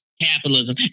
capitalism